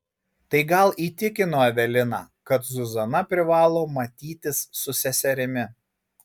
tai gal įtikino eveliną kad zuzana privalo matytis su seserimi